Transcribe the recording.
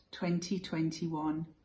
2021